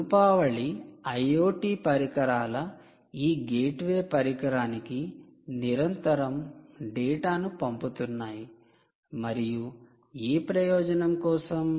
రూపావళి IoT పరికరాలు ఈ gateway పరికరానికి నిరంతరం డేటాను పంపుతున్నాయి మరియు ఏ ప్రయోజనం కోసం